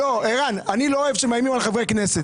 ערן, אני לא אוהב שמאיימים על חברי כנסת.